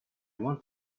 want